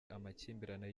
amakimbirane